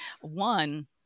One